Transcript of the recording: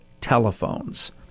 telephones